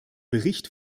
bericht